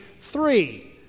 three